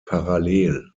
parallel